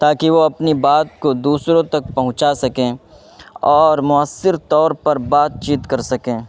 تاکہ وہ اپنی بات کو دوسروں تک پہنچا سکیں اور مؤثر طور پر بات چیت کر سکیں